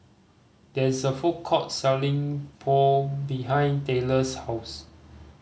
there is a food court selling Pho behind Taylor's house